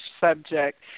subject